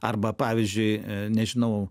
arba pavyzdžiui nežinau